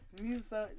music